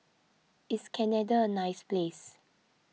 is Canada a nice place